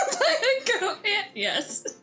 yes